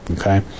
Okay